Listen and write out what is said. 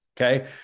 okay